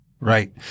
Right